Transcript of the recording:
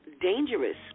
dangerous